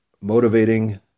motivating